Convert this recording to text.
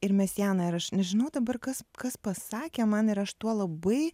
ir mesianą ir aš nežinau dabar kas kas pasakė man ir aš tuo labai